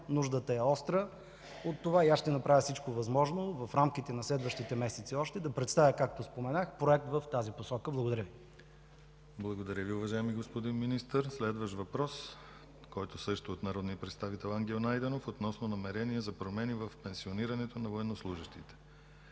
нуждата е остра от това и аз ще направя всичко възможно в рамките на следващите месеци още да представя, както споменах, проект в тази посока. Благодаря Ви. ПРЕДСЕДАТЕЛ ДИМИТЪР ГЛАВЧЕВ: Благодаря Ви, уважаеми господин Министър. Следващият въпрос, който също е от народния представител Ангел Найденов, е относно намерение за промени в пенсионирането на военнослужещите.